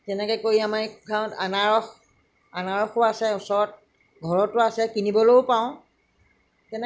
তেনেকৈ কৰি আমি খাওঁ অনাৰস অনাৰসো আছে ওচৰত ঘৰতো আছে কিনিবলৈও পাওঁ